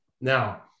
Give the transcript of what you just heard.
Now